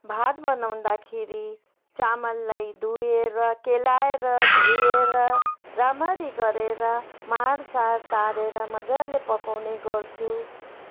भात बनाउँदाखेरि चामललाई धोएर केलाएर धोएर राम्ररी गरेर माडसाड तारेर मजाले पकाउने गर्छु